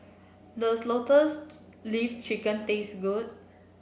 does Lotus Leaf Chicken taste good